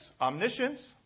omniscience